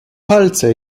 palce